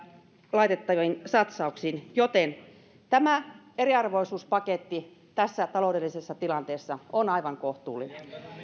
laitettaviin satsauksiin joten tämä eriarvoisuuspaketti tässä taloudellisessa tilanteessa on aivan kohtuullinen